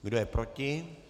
Kdo je proti?